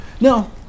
No